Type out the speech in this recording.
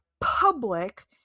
public